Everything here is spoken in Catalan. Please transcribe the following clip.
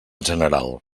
general